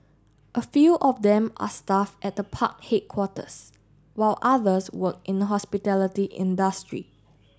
a few of them are staff at the park headquarters while others work in the hospitality industry